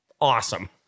awesome